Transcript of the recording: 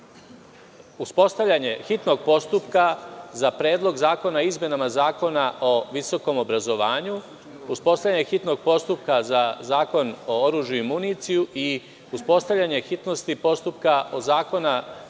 uspostavljanje hitnog postupka za Predlog zakona o izmenama Zakona o visokom obrazovanju, uspostavljanje hitnog postupka za Zakon o oružju i municiji i uspostavljanje hitnosti postupka izmena